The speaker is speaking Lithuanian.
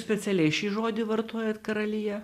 specialiai šį žodį vartojat karalija